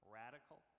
radical